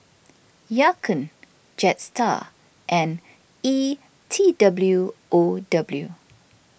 Ya Kun Jetstar and E T W O W